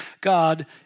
God